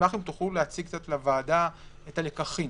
נשמח אם תוכלו להציג לוועדה את הלקחים.